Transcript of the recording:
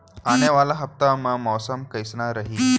आने वाला हफ्ता मा मौसम कइसना रही?